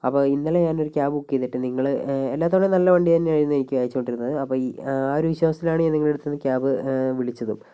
അപ്പോൾ ഇന്നലെ ഞാൻ ഒരു ക്യാബ് ബുക്ക് ചെയ്തിട്ട് നിങ്ങൾ എല്ലാ തവണയും നല്ല വണ്ടി തന്നെയായിരുന്നു എനിക്ക് അയച്ചു കൊണ്ടിരുന്നത് അപ്പോൾ ഈ ആ ഒരു വിശ്വാസത്തിലാണ് ഞാൻ നിങ്ങളുടെ അടുത്തു നിന്ന് ക്യാബ് വിളിച്ചതും